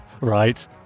right